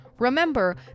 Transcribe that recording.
Remember